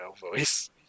voice